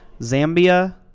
Zambia